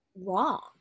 wrong